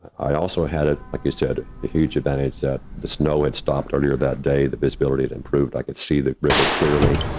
i also had, ah like you said, a huge advantage that the snow had stopped earlier that day the visibility to improved i could see that river clearly.